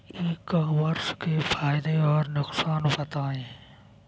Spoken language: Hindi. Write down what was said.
ई कॉमर्स के फायदे और नुकसान बताएँ?